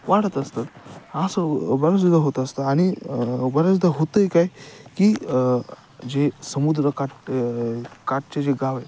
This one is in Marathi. वाढत असतात असं बराच होत असतं आणि बऱ्याचदा होतं आहे काय की जे समुद्र काठ काठचे जे गाव आहे